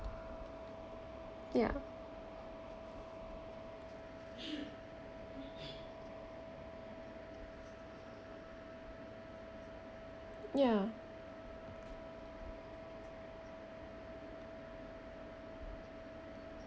ya ya